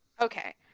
Okay